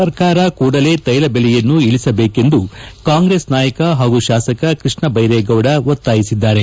ಸರ್ಕಾರ ಕೂಡಲೇ ತೈಲಬೆಲೆಯನ್ನು ಇಳಿಸಬೇಕೆಂದು ಕಾಂಗ್ರೆಸ್ ನಾಯಕ ಹಾಗೂ ಶಾಸಕ ಕೃಷ್ಣ ಬೈರೇಗೌಡ ಒತ್ತಾಯಿಸಿದ್ದಾರೆ